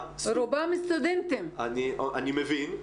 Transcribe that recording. אני מבין.